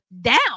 down